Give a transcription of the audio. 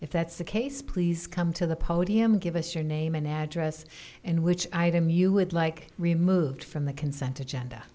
if that's the case please come to the podium give us your name and address and which item you would like removed from the consent agenda